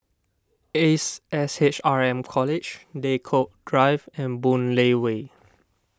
Ace S H R M College Draycott Drive and Boon Lay Way